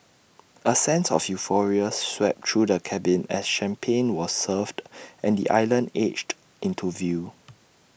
A sense of euphoria swept through the cabin as champagne was served and the island edged into view